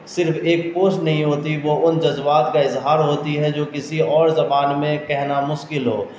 صرف ایک پوس نہیں ہوتی وہ ان جذبات کا اظہار ہوتی ہے جو کسی اور زبان میں کہنا مشکل ہو